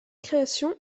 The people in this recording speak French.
création